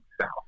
south